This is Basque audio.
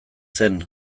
zen